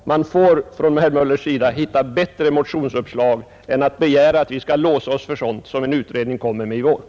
Må herr Möller hitta bättre motionsuppslag än att begära att vi skall låsa oss för sådant som en utredning kommer att föreslå i vår.